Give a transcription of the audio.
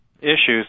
issues